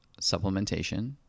supplementation